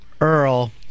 Earl